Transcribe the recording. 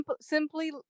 simply